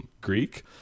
Greek